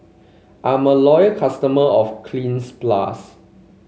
I'm a loyal customer of Cleanz Plus